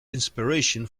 inspiration